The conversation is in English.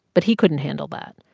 but he couldn't handle that.